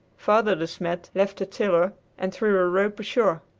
father de smet left the tiller and threw a rope ashore.